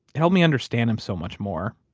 helped me understand him so much more.